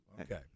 Okay